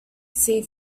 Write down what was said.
sea